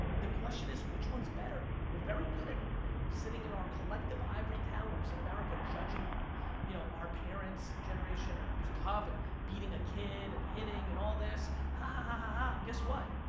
the question is which one's better? we're very good at sitting in our collective ivory towers in america judging you know our parent's generation and it was tough and beating a kid and hitting and all this, haahahahah, guess what?